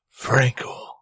Frankel